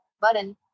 button